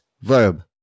verb